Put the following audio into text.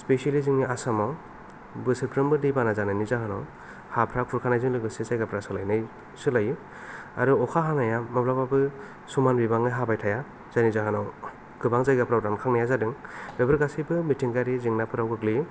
specially जोंनि आसामाव बोसोरफ्रोमबो दै बाना जानायनि जाहोनाव हाफ्रा खुरखानायजों लोगोसे जायगाफ्रा सोलायनाय सोलायो आरो अखा हानाया माब्लाबाबो समान बिबाङै हाबाय थाया जायनि जाहोनाव गोबां जायगाफोराव रानखांनाया जादों बेफोर गासैबो मिथिंगायारि जेंनाफोराव गोग्लैयो